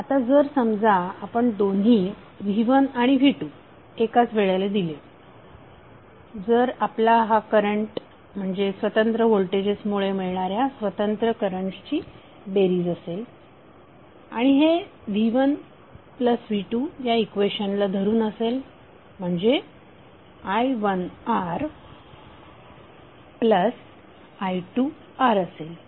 आता जर समजा आपण दोन्ही V1 आणि V2 एकाच वेळेला दिले जर आपला हा करंट म्हणजे स्वतंत्र व्होल्टेजेस मुळे मिळणाऱ्या स्वतंत्र करंट्सची बेरीज असेल आणि हे V1V2 या इक्वेशन ला धरून असेल म्हणजे i1Ri2R असेल